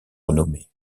renommé